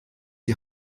die